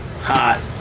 Hot